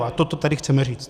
A toto tady chceme říct.